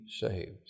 saved